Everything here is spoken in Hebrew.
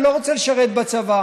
אני לא רוצה לשרת בצבא,